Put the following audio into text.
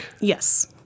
Yes